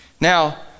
Now